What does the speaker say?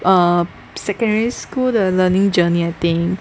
a secondary school 的 learning journey I think